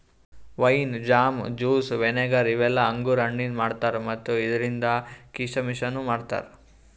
wine, jam, juice, vinegar ಇವೆಲ್ಲ ಅಂಗುರ್ ಹಣ್ಣಿಂದ್ ಮಾಡ್ತಾರಾ ಮತ್ತ್ ಇದ್ರಿಂದ್ ಕೀಶಮಿಶನು ಮಾಡ್ತಾರಾ